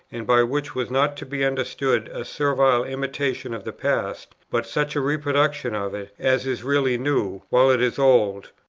and by which was not to be understood a servile imitation of the past, but such a reproduction of it as is really new, while it is old.